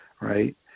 right